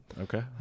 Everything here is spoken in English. Okay